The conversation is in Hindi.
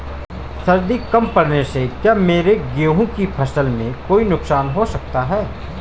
सर्दी कम पड़ने से क्या मेरे गेहूँ की फसल में कोई नुकसान हो सकता है?